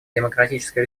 демократическая